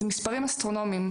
זה מספרים אסטרונומיים.